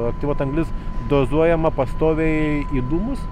aktyvuota anglis dozuojama pastoviai į dūmus